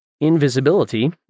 invisibility